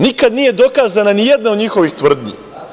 Nikad nije dokazana ni jedna od njihovih tvrdnji.